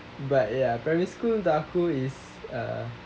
but ya primary school aku is uh